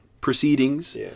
proceedings